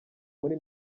muri